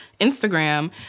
Instagram